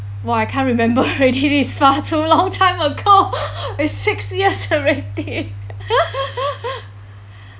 !wah! I can't remember already it's far too long time ago is six years already